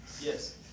Yes